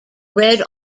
red